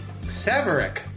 Severick